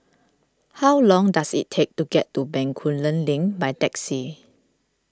how long does it take to get to Bencoolen Link by taxi